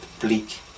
bleak